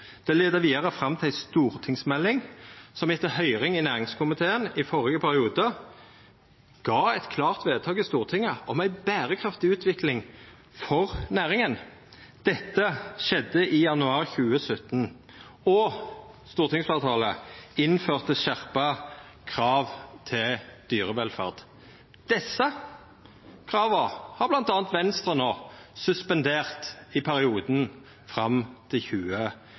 og leia vidare fram til ei stortingsmelding, som etter høyring i næringskomiteen i førre periode gav eit klart vedtak i Stortinget om ei berekraftig utvikling for næringa. Dette skjedde i januar 2017, og stortingsfleirtalet innførte skjerpa krav til dyrevelferd. Desse krava har bl.a. Venstre no suspendert i perioden fram til